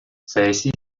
саясий